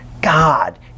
God